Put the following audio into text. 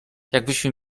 jakbyśmy